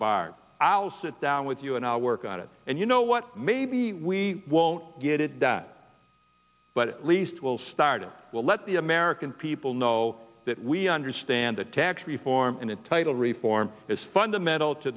barred ause sit down with you and i'll work at it and you know what maybe we won't get it that but at least will start and we'll let the american people know that we understand that tax reform in the title reform is fundamental to